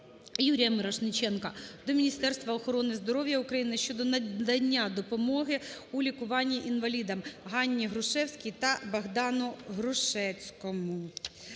Юрія Мірошниченка до Міністерства охорони здоров'я України щодо надання допомоги у лікуванні інвалідам Ганні Грушецькій та Богдану Грушецькому.